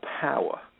power